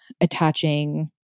attaching